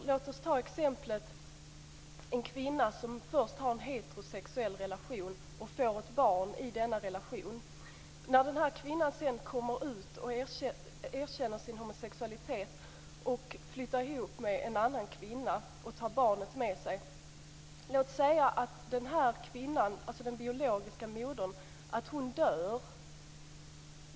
Låt oss ta exemplet med en kvinna som först har en heterosexuell relation och får ett barn i denna relation. Den här kvinnan kommer sedan ut och erkänner sin homosexualitet och flyttar ihop med en annan kvinna och tar barnet med sig. Låt oss säga att den biologiska modern dör.